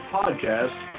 podcasts